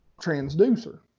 transducer